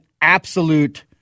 absolute